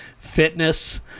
fitness